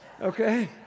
Okay